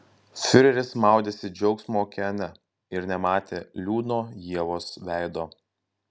fiureris maudėsi džiaugsmo okeane ir nematė liūdno ievos veido